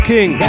King